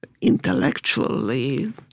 intellectually